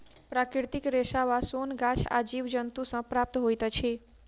प्राकृतिक रेशा वा सोन गाछ आ जीव जन्तु सॅ प्राप्त होइत अछि